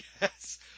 yes